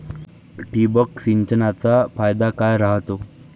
ठिबक सिंचनचा फायदा काय राह्यतो?